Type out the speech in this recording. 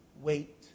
Wait